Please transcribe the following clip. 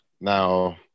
Now